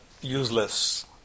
useless